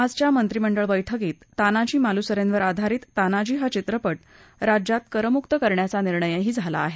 आजच्या मंत्रिमंडळ बैठकीत तानाजी मालुसरेंवर आधारित तानाजी हा चित्रपट राज्यात करमुक्त करण्याचा निर्णय घेण्यात आला